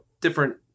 different